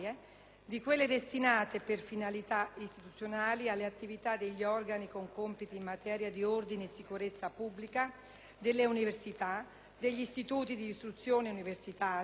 a quelle destinate per finalità istituzionali alle attività degli organi con compiti in materia di ordine e sicurezza pubblica, alle università, agli istituti di istruzione universitaria,